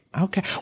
Okay